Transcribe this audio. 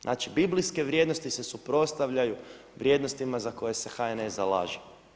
Znači biblijske vrijednosti se suprotstavljaju vrijednostima za kojima se HNS zalaže.